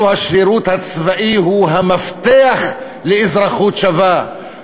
השירות הצבאי הוא המפתח לאזרחות שווה,